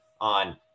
on